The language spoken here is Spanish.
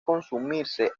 consumirse